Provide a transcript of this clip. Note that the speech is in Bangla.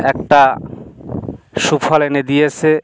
একটা সুফল এনে দিয়েছে